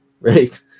right